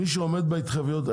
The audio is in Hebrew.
מי שעומד בהתחייבויות,